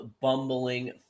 bumbling